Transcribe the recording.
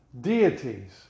deities